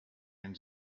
ens